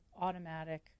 automatic